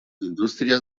indústries